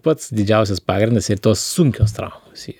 pats didžiausias pagrindas ir tos sunkios traumos yra